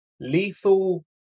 lethal